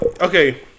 Okay